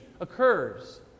occurs